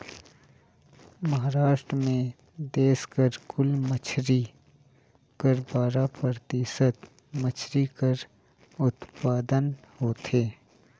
महारास्ट में देस कर कुल मछरी कर बारा परतिसत मछरी कर उत्पादन होथे